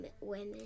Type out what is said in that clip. women